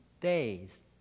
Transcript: days